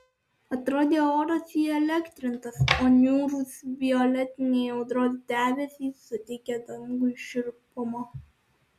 atrodė oras įelektrintas o niūrūs violetiniai audros debesys suteikė dangui šiurpumo